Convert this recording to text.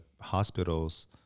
hospitals